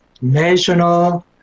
national